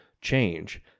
change